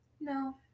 No